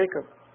Jacob